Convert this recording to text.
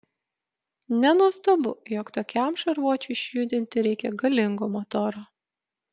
nenuostabu jog tokiam šarvuočiui išjudinti reikia galingo motoro